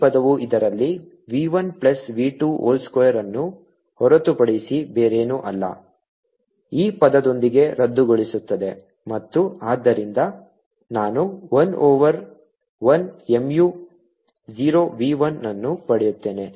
ಈ ಪದವು ಇದರಲ್ಲಿ v 1 ಪ್ಲಸ್ v 2 whole ಸ್ಕ್ವೇರ್ಅನ್ನು ಹೊರತುಪಡಿಸಿ ಬೇರೇನೂ ಅಲ್ಲ ಈ ಪದದೊಂದಿಗೆ ರದ್ದುಗೊಳಿಸುತ್ತದೆ ಮತ್ತು ಆದ್ದರಿಂದ ನಾನು 1 ಓವರ್ 1 mu 0 v 1 ಅನ್ನು ಪಡೆಯುತ್ತೇನೆ